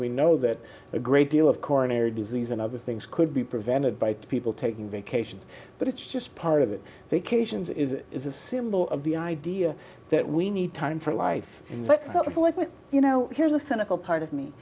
we know that a great deal of coronary disease and other things could be prevented by people taking vacations but it's just part of it vacations is it is a symbol of the idea that we need time for life and let us work with you know here's a cynical part of me